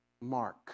Mark